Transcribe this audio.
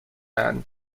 اند